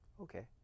Okay